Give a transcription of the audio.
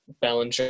Bellinger